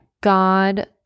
God